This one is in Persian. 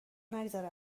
نگذره